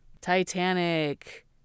Titanic